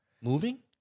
Moving